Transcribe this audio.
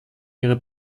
ihrer